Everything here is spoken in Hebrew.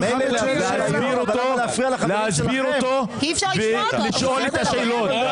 להסביר אותו ולשאול את השאלות?